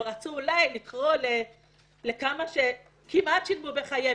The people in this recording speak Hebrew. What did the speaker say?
הם רצו אולי לקרוא לכמה שכמעט שילמו בחייהם,